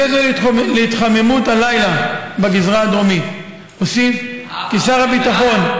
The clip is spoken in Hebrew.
בהקשר להתחממות בגזרה הדרומית הלילה אוסיף כי שר הביטחון,